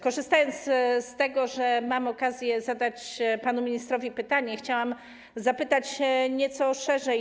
Korzystając z tego, że mam okazję zadać panu ministrowi pytanie, chciałam zapytać nieco szerzej.